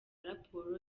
raporo